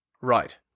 Right